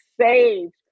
saved